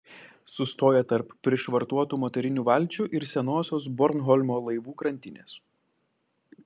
sustoja tarp prišvartuotų motorinių valčių ir senosios bornholmo laivų krantinės